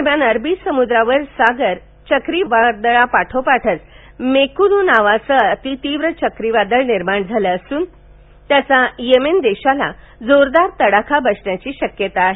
दरम्यान अरबी समुद्रावर सागर चक्रीवादळापाठोपाठ मेकुनु नावाचं अतीतीव्र चक्रीवादळ निर्माण झालं असून त्याचा येमेन देशाला जोरदार तडाखा बसण्याची शक्यता आहे